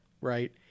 right